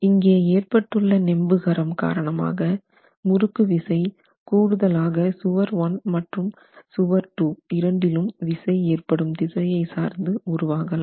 இங்கே ஏற்பட்டுள்ள நெம்புகரம் காரணமாக முறுக்கு விசை கூடுதலாக சுவர் 1 மற்றும் சுவர் 2 இரண்டிலும் விசை ஏற்படும் திசையை சார்ந்து உருவாகலாம்